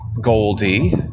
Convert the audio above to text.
Goldie